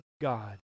God